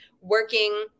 working